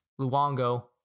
Luongo